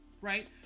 Right